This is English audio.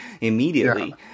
immediately